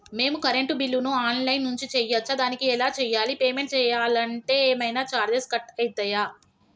మేము కరెంటు బిల్లును online నుంచి చేయచ్చా? దానికి ఎలా చేయాలి? పేమెంట్ చేయాలంటే ఏమైనా చార్జెస్ కట్ అయితయా?